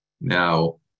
Now